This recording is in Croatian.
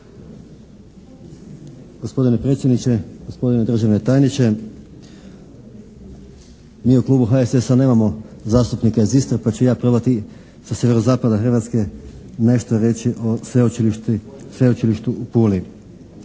Gospodine predsjedniče, gospodine državni tajniče. Mi u Klubu HSS-a nemamo zastupnike iz Istre pa ću ja probati sa sjeverozapada Hrvatske nešto reći o Sveučilištu u Puli.